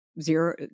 zero